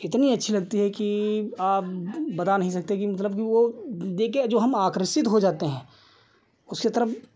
इतनी अच्छी लगती है कि आप बता नहीं सकते कि मतलब कि वह देखकर जो हम आकर्षित हो जाते हैं उसकी तरफ़